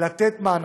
כדי לתת מענקים.